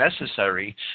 necessary